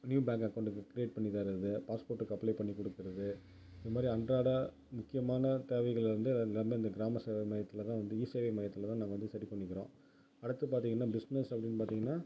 new bank அக்கௌண்ட்டுக்கு create பண்ணி தரது பாஸ்ப்போட்டுக்கு அப்ளை பண்ணி கொடுக்கிறது இது மாதிரி அன்றாட முக்கியமானத் தேவைகள் வந்து நம்ம இந்தக் கிராம சேவை மையத்தில் தான் வந்து இசேவை மையத்தில் தான் நாங்கள் வந்து சரி பண்ணிக்கிறோம் அடுத்து பார்த்தீங்கனா பிஸ்னஸ் அப்படின்னு பார்த்தீங்கனா